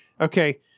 Okay